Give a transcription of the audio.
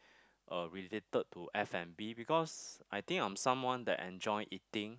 uh related to F and B because I think I am someone that enjoy eating